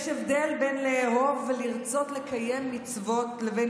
יש הבדל בין לאהוב ולרצות לקיים מצוות לבין